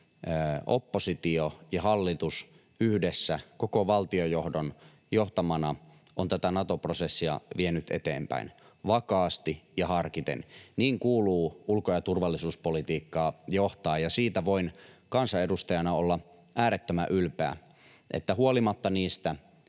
oppositio ja hallitus yhdessä koko valtionjohdon johtamana on tätä Nato-prosessia vienyt eteenpäin vakaasti ja harkiten. Niin kuuluu ulko- ja turvallisuuspolitiikkaa johtaa, ja siitä voin kansanedustajana olla äärettömän ylpeä, että huolimatta niistä